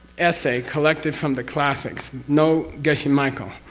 essay, collected from the classics. no geshe michael,